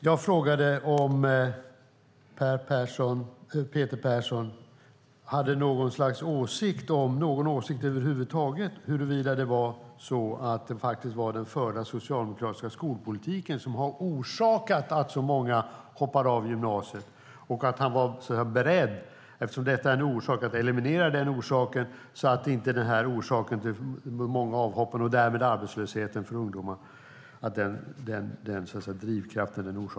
Jag frågade om Peter Persson har någon åsikt över huvud taget om huruvida det är den förda socialdemokratiska skolpolitiken som orsakat att så många hoppar av gymnasiet och om han är beredd att eliminera denna orsak till de många avhoppen och därmed arbetslösheten för ungdomar.